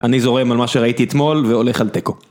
אני זורם על מה שראיתי אתמול, והולך על תיקו.